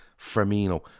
Firmino